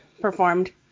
performed